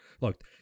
Look